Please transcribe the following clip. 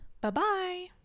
Bye-bye